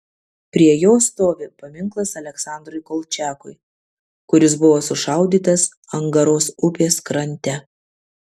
prie jo stovi paminklas aleksandrui kolčiakui kuris buvo sušaudytas angaros upės krante